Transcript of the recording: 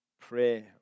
pray